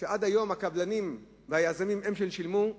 עד היום הקבלנים והיזמים הם ששילמו.